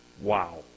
Wow